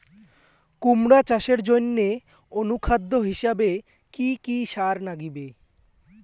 কুমড়া চাষের জইন্যে অনুখাদ্য হিসাবে কি কি সার লাগিবে?